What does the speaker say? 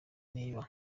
niba